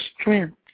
strength